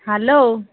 hello